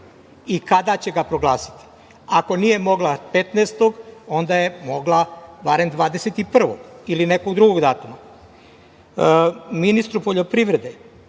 i kada će ga proglasiti. Ako nije mogla 15, onda je mogla barem 21. ili nekog drugog datuma. Ministru poljoprivrede